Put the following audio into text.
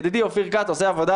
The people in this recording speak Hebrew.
ידיד אופיר כץ עושה עבודה,